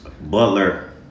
Butler